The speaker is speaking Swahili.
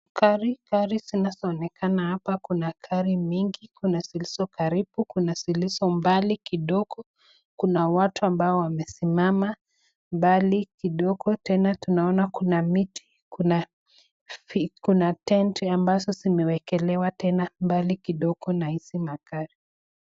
Gari zinazoonekana hapa Kuna gari mingi. Kuna zilizo karibu, kuna zilizo mbali kidogo. Kuna watu ambao wamesimama mbali kidogo. Tena tunaona kuna miti. Kuna tent ambazo zimewekelewa tena mbali kidogo na hizi magari.